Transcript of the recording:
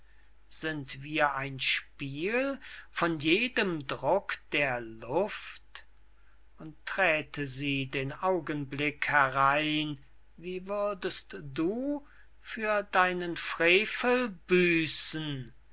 sind wir ein spiel von jedem druck der luft und träte sie den augenblick herein wie würdest du für deinen frevel büßen